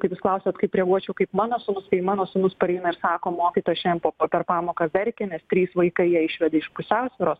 kaip jūs klausiat kaip reaguočiau kaip mano sūnus tai mano sūnus pareina ir sako mokytoja šiandien po per pamoką verkė nes trys vaikai ją išvedė iš pusiausvyros